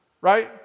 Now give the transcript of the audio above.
right